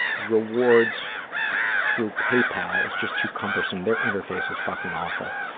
rewards through paypal. it's just too cumbersome. their interface is fucking awful.